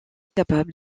capable